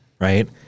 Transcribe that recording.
right